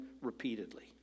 repeatedly